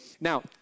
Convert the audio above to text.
Now